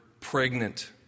pregnant